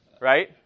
right